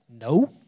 No